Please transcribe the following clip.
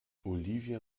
olivia